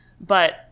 but-